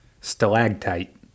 Stalactite